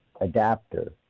adapter